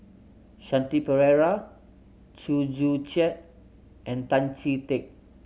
Shanti Pereira Chew Joo Chiat and Tan Chee Teck